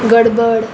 गडबड